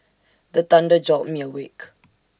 the thunder jolt me awake